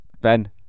Ben